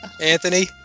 Anthony